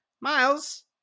Miles